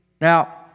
Now